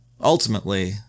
Ultimately